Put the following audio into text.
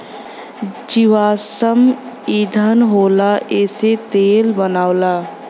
जीवाश्म ईधन होला एसे तेल बनला